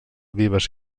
vives